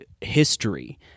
history